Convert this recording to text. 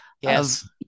Yes